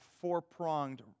four-pronged